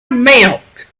milk